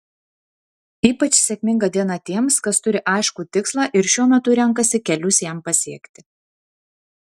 ypač sėkminga diena tiems kas turi aiškų tikslą ir šiuo metu renkasi kelius jam pasiekti